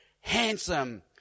handsome